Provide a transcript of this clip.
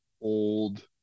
old